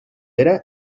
era